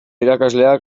irakasleak